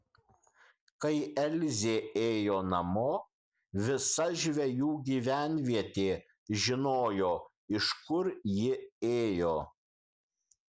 kai elzė ėjo namo visa žvejų gyvenvietė žinojo iš kur ji ėjo